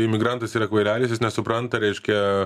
imigrantas yra kvailelis jis nesupranta reiškia